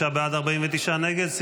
55 בעד, 49 נגד.